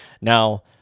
Now